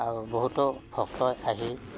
আৰু বহুতো ভক্তই আহি